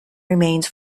remains